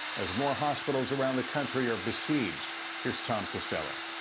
as more hospitals around the country are besieged here's tom costello.